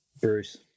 Bruce